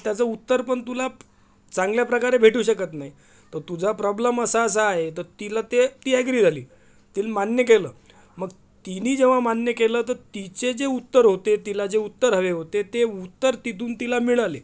तर त्याचं उत्तर पन तुला चांगल्या प्रकारे भेटू शकत नाही तर तुझा प्रॉब्लम असा असा आहे तर तिला ते ती ॲग्री झाली तिनं मान्य केलं मग तिनं जेव्हा मान्य केलं तर तिचे जे उत्तर होते तिला जे उत्तर हवे होते ते उत्तर तिथून तिला मिळाले